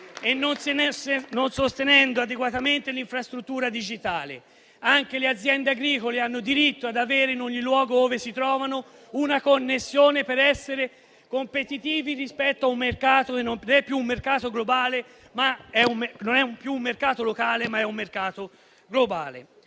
e non sostenendo adeguatamente un'infrastruttura digitale. Anche le aziende agricole hanno diritto ad avere in ogni luogo ove si trovano una connessione per essere competitive rispetto a un mercato, che non è più locale, ma è globale.